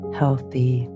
healthy